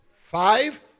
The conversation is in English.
five